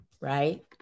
right